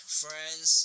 friends